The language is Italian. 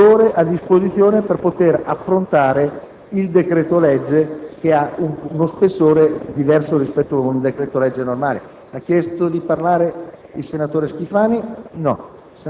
La decisione di questa mattina è stata assunta all'unanimità da parte di tutti i Capigruppo, con il preciso requisito di procedere per un'ora alla trattazione